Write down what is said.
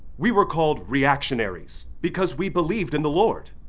we were called reactionaries because we believed in the lord,